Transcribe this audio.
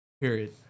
period